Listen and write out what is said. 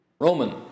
Roman